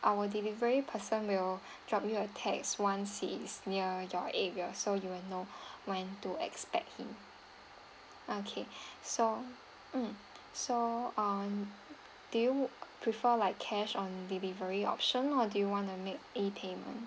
our delivery person will drop you a text once he is near your area so you will know when to expect him okay so mm so um do you prefer like cash on delivery option or do you want to make e payment